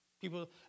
People